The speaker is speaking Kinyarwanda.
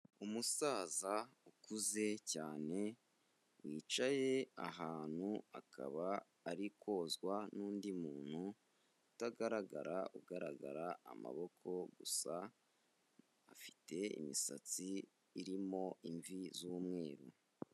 Umusaza ukuze cyane, wicaye ahantu akaba ari kozwa n'undi muntu utagaragara ugaragara amaboko gusa, afite imisatsi irimo imvi z'umweru.